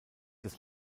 des